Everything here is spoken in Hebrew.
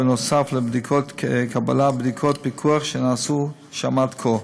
נוסף על בדיקות קבלה ובדיקות פיקוח שנעשו שם עד כה.